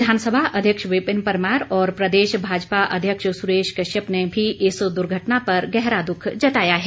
विधानसभा अध्यक्ष विपिन परमार और प्रदेश भाजपा अध्यक्ष सुरेश कश्यप ने भी इस दुर्घटना पर गहरा दुख जताया है